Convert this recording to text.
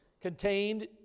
contained